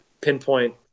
pinpoint